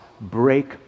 break